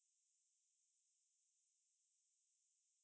cheese fries ah sure err I like K_F_C's cheese